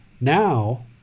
now